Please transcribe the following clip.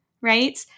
right